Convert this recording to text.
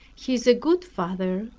he is a good father,